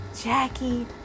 Jackie